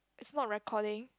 is not recording